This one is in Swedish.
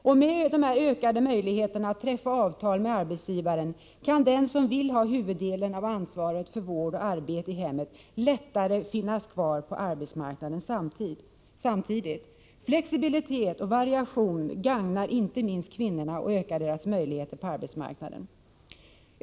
Om man får ökade möjligheter att träffa avtal med arbetsgivaren har den som vill ha huvuddelen av ansvaret för vård och arbete i hemmet lättare att samtidigt finnas kvar på arbetsmarknaden. Flexibilitet och variation gagnar inte minst kvinnorna och ökar deras möjligheter på arbetsmarknaden.